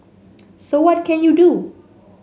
so what can you do